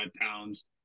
pounds